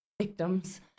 victims